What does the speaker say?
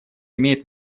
имеет